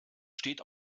steht